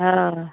हँ